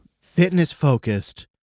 Fitness-focused